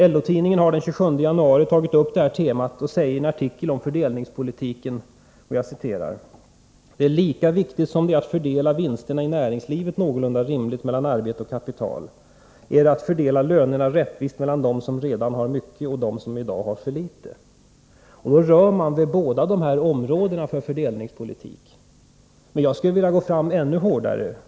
LO-tidningen har den 27 januari tagit upp detta tema och säger i en artikel om fördelningspolitiken: ”Lika viktigt som det är att fördela vinsterna i näringslivet någorlunda rimligt mellan arbete och kapital är det att fördela lönerna rättvist mellan dem som redan har mycket och dem som i dag har för litet.” Då rör man vid båda de här områdena för fördelningspolitiken, men jag skulle vilja gå fram ännu hårdare.